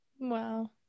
Wow